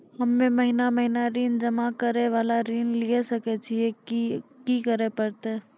हम्मे महीना महीना ऋण जमा करे वाला ऋण लिये सकय छियै, की करे परतै?